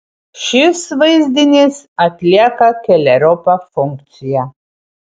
šis vaizdinys atlieka keleriopą funkciją